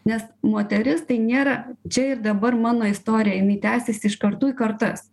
nes moteris tai nėra čia ir dabar mano istorija jinai tęsiasi iš kartų į kartas